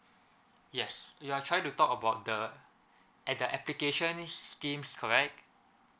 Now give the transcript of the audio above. yes you are trying to talk about the at the application schemes correct